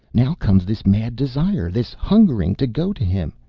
now comes this mad desire, this hungering, to go to him.